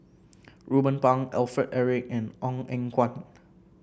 Ruben Pang Alfred Eric and Ong Eng Guan